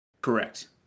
correct